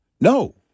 No